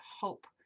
hope